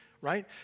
right